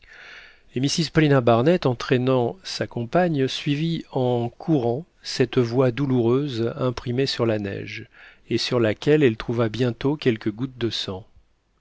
mrs paulina barnett entraînant sa compagne suivit en courant cette voie douloureuse imprimée sur la neige et sur laquelle elle trouva bientôt quelques gouttes de sang